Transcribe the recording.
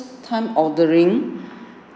time ordering